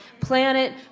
planet